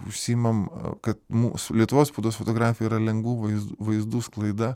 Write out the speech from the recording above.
užsiimam kad mūsų lietuvos spaudos fotografija yra lengvų vai vaizdų sklaida